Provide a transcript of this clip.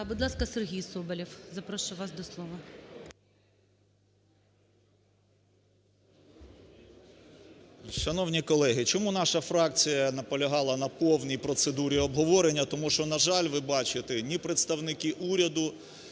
Будь ласка, Сергій Соболєв, запрошую вас до слова.